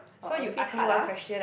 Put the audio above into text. orh a bit hard ah